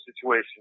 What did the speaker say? situation